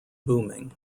booming